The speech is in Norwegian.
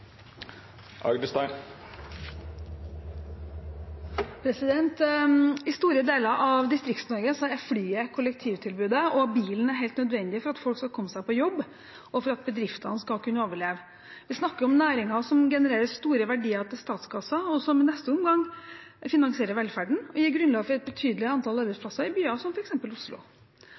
replikkordskifte. I store deler av Distrikts-Norge er flyet kollektivtilbudet, og bilen er helt nødvendig for at folk skal komme seg på jobb, og for at bedriftene skal kunne overleve. Vi snakker om næringer som genererer store verdier til statskassen, og som i neste omgang finansierer velferden og gir grunnlag for et betydelig antall arbeidsplasser i byer som f.eks. Oslo.